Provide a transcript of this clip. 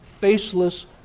faceless